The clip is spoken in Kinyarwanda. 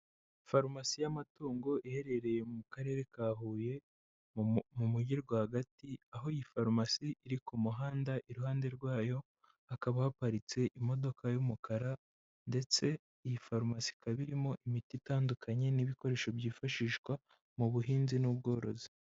Farumasi y'amatungo iherereye mu karere ka Huye, mu mujyi rwagati, aho iyi farumasi iri ku muhanda, iruhande rwayo hakaba haparitse imodoka y'umukara, ndetse iyi farumasi ikaba irimo imiti itandukanye, n'ibikoresho byifashishwa mu buhinzi n'ubworozi.